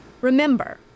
Remember